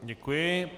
Děkuji.